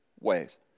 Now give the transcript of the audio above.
ways